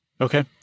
Okay